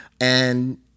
And-